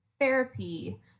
therapy